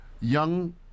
young